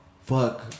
Fuck